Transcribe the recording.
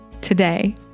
today